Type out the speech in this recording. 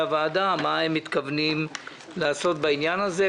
הוועדה מה הם מתכוונים לעשות בעניין הזה,